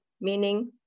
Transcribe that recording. meaning